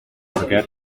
forget